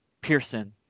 Pearson